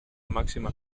máxima